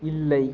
இல்லை